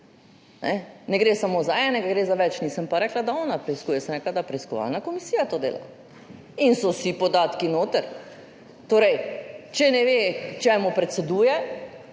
Ne gre samo za enega, gre za več. Nisem pa rekla, da ona preiskuje, sem rekla, da preiskovalna komisija to dela in so vsi podatki noter. Če ne ve, čemu predseduje,